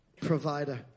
provider